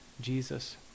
Jesus